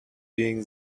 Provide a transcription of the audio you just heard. being